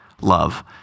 love